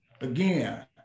again